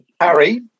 Harry